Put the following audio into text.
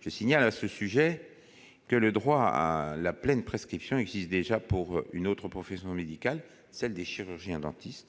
Je signale à ce sujet que le droit à la pleine prescription existe déjà pour une autre profession médicale, celle de chirurgien-dentiste.